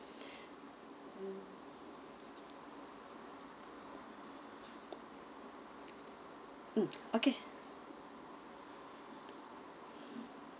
mm okay